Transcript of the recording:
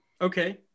Okay